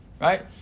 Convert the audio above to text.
Right